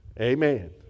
Amen